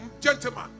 gentlemen